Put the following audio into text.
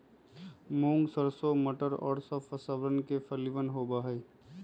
मूंग, सरसों, मटर और सब फसलवन के फलियन होबा हई